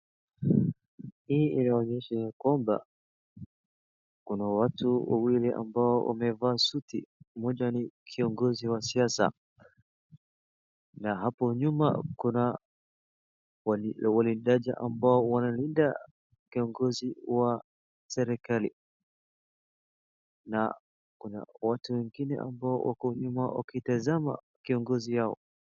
Kuna watu wawili ambao wamevaa suti, mmoja ni kiongozi wa siasa na hapo nyuma kuna walindaji ambao wanalinda kiongozi wa serikali na watu wengine wako nyuma wakitazama kiongozi wao.